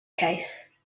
case